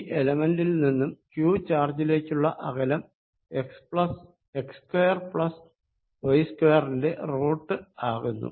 ഈ എലെമെന്റിൽ നിന്നും q ചാർജിലേക്കുള്ള അകലം x2 y2 ന്റെ റൂട്ട് ആകുന്നു